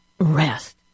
rest